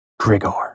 Grigor